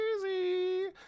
crazy